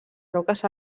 roques